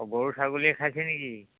গৰু ছাগলীয়ে খাইছে নেকি